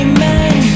Amen